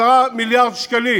10 מיליארד שקלים